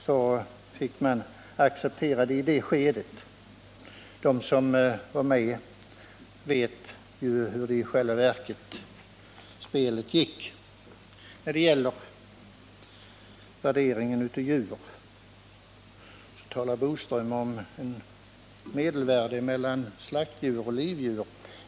De som var med då vet ju hur spelet i själva verket gick. När det gäller värdering av djur talar Curt Boström om ett medelvärde mellan priset på slaktdjur och livdjur.